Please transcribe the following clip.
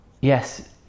yes